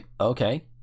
okay